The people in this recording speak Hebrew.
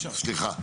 סליחה.